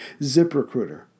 ZipRecruiter